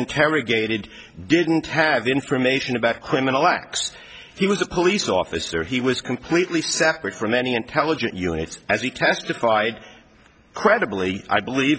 interrogated didn't have the information about criminal acts he was a police officer he was completely separate from any intelligent units as he testified credibly i believe